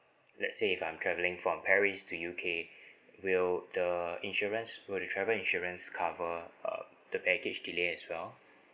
let's say if I'm travelling from paris to U_K will the insurance will the travel insurance cover uh the package delay as well